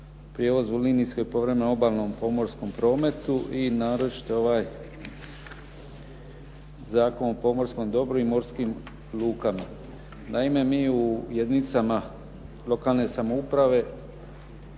prijevoza u linijskom i povremenom obalnom pomorskom prometu i naročito ovaj Zakon o pomorskom dobru i morskim lukama. Naime, mi u jedinicama lokalne samouprave